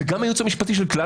דרך השרים,